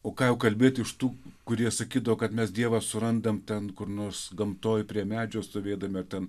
o ką jau kalbėti iš tų kurie sakydavo kad mes dievą surandam ten kur nors gamtoj prie medžio stovėdami ar ten